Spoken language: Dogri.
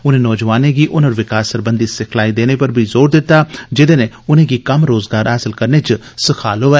उनें नौजवानें गी हनर विकास सरबंधी सिखलाई देने पर बी जोर दिता जिन्दे नै उनेंगी कम्म रोजगार हासल करने च सखाल होऐ